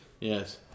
Yes